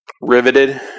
riveted